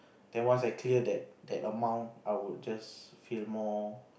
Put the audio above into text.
then once I clear that that amount I would just feel more